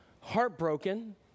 heartbroken